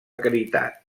caritat